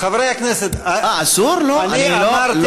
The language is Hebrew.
חברי הכנסת, אני אמרתי, מה, אסור?